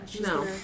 No